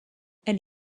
elle